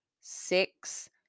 Six